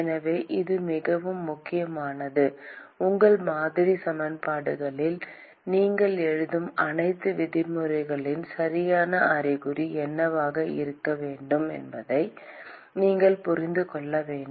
எனவே இது மிகவும் முக்கியமானது உங்கள் மாதிரி சமன்பாடுகளில் நீங்கள் எழுதும் அனைத்து விதிமுறைகளின் சரியான அறிகுறி என்னவாக இருக்க வேண்டும் என்பதை நீங்கள் புரிந்து கொள்ள வேண்டும்